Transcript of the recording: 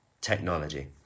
technology